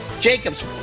Jacob's